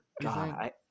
God